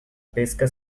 pesca